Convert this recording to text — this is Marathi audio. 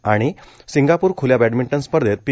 आणि सिंगापूर खूल्या बॅडमिंटन स्पर्धेत पी